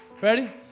ready